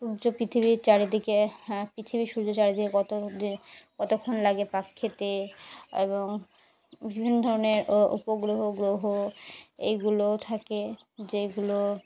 সূর্য পৃথিবীর চারিদিকে হ্যাঁ পৃথিবীর সূর্য চারিদিকে কত কতক্ষণ লাগে পাক খেতে এবং বিভিন্ন ধরনের উপগ্রহ গ্রহ এইগুলোও থাকে যেগুলো